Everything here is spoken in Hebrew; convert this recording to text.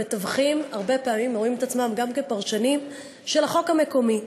המתווכים רואים את עצמם הרבה פעמים גם כפרשנים של החוק המקומי.